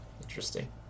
Interesting